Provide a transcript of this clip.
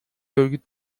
örgüt